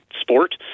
sport